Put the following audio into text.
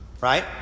right